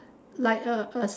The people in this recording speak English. like a a